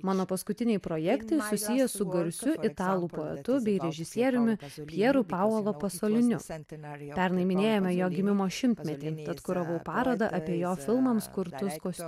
mano paskutiniai projektai susiję su garsiu italų poetu bei režisieriumi pjeru paolo pasoliniu pernai minėjome jo gimimo šimtmetį tad kuravau parodą apie jo filmams kurtus kostiu